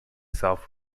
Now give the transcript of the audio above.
self